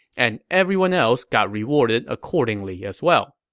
and everyone else got rewarded accordingly as well